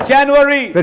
January